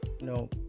No